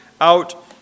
out